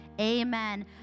amen